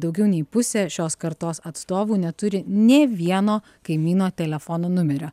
daugiau nei pusė šios kartos atstovų neturi nė vieno kaimyno telefono numerio